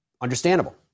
Understandable